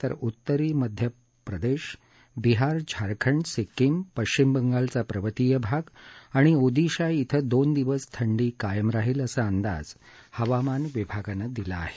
तर उत्तरी मध्य प्रदेश बिहार झारखंड सिक्किम पश्चिम बंगालचा पर्वतीय भाग आणि ओदिशा ॐ दोन दिवस थंडी कायम राहील असा अंदाज हवामान विभागानं दिला आहे